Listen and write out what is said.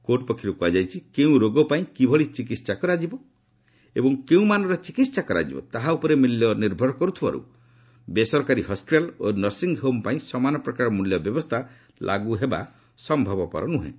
court ପକ୍ଷରୁ କୁହାଯାଇଛି କେଉଁ ରୋଗ ପାଇଁ କିଭଳି ଚିକିତ୍ସା କରାଯିବ ଓ କେଉଁ ମାନର ଚିକିତ୍ସା କରାଯିବ ତାହା ଉପରେ ମୂଲ୍ୟ ନିର୍ଭର କରୁଥିବାରୁ ବେସରକାରୀ ହସ୍କିଟାଲ୍ ଓ ନର୍ସିଂହୋମ୍ ପାଇଁ ସମାନ ପ୍ରକାର ମୂଲ୍ୟ ବ୍ୟବସ୍ଥା ଲାଗୁ ହେବା ସମ୍ଭବପର ନୁହେଁ